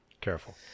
Careful